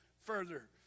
further